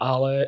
Ale